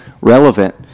relevant